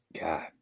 God